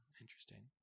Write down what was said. Interesting